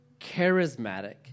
charismatic